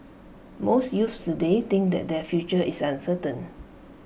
most youths today think that their future is uncertain